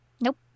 nope